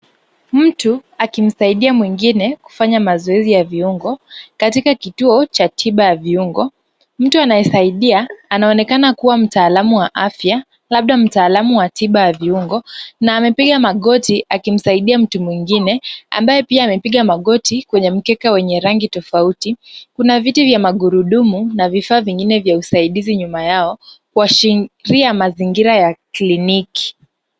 Mtu akimsaidia mwingine kufanya mazoezi ya viungo, katika kituo cha tiba ya viungo. Mtu anayesaidia anaonekana kuwa mtaalamu wa afya, labda mtaalamu wa tiba ya viungo na amepiga magoti akimsaidia mtu mwingine ambaye pia amepiga magoti kwenye mkeka wenye rangi tofauti. Kuna viti vya magurudumu na vifaa vingine vya usaidizi nyuma yao, kuashiria mazingira ya kliniki.